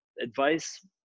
advice